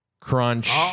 Crunch